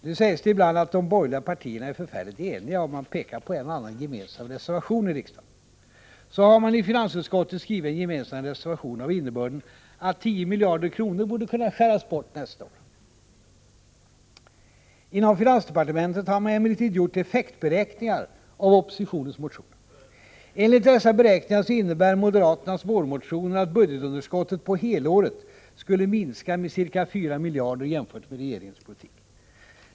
Nu sägs det ibland att de borgerliga partierna är förfärligt eniga, och man pekar då på en och annan gemensam reservation i riksdagen. Så har man i finansutskottet skrivit en gemensam reservation av innebörden att 10 miljarder kronor borde kunna skäras bort ur budgeten nästa år. Inom finansdepartementet har man emellertid gjort effektberäkningar av oppositionens motioner. Enligt dessa beräkningar innebär moderaternas vårmotioner att budgetunderskottet på helåret skulle minska med ca 4 miljarder jämfört med regeringens politik.